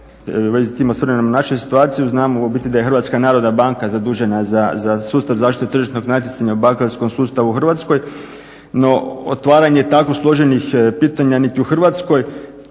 na našu situaciju znamo ubiti da je HNB zadužena za sustav zaštite tržišnog natjecanja u bankarskom sustavu u Hrvatskoj, no otvaranje tako složenih pitanja niti u Hrvatskoj,